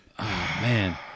man